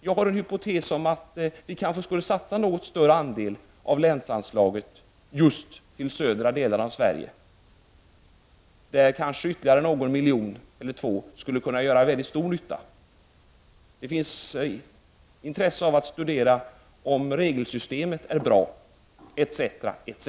Jag har en hypotes om att vi kanske skulle satsa en något större andel av länsanslaget just på de södra delarna av Sverige. Där kanske ytterligare någon miljon eller två skulle kunna göra väldigt stor nytta. Det finns intresse av att studera om regelsystemet är bra etc.